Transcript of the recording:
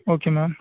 okay ma'am